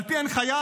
על פי הנחיית